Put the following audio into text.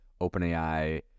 OpenAI